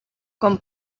con